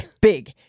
Big